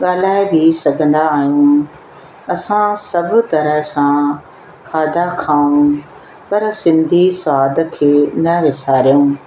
ॻाल्हाए बि सघंदा आहियूं असां सभ तरह सां खाधा खाऊं पर सिंधी सवाद खे न विसारियूं